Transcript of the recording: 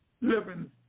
living